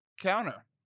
counter